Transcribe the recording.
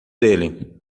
dele